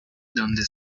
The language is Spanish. donde